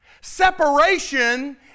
Separation